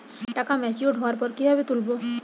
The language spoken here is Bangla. টাকা ম্যাচিওর্ড হওয়ার পর কিভাবে তুলব?